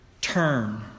Turn